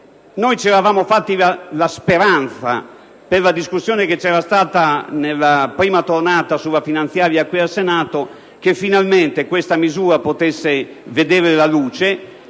C'eravamo fatti la speranza durante la discussione nella prima tornata sulla finanziaria al Senato che finalmente questa misura potesse vedere la luce,